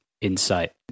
insight